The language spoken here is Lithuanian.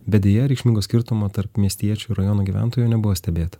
bet deja reikšmingo skirtumo tarp miestiečių ir rajono gyventojų nebuvo stebėta